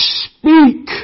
speak